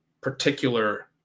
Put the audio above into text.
particular